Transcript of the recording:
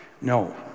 No